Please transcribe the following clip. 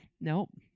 Nope